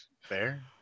Fair